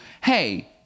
hey